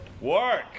Work